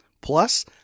Plus